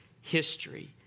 history